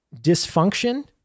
dysfunction